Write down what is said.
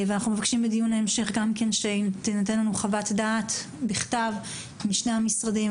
אנחנו מבקשים שבדיון ההמשך תינתן לנו חוות דעת בכתב משני המשרדים,